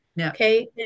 Okay